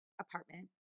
apartment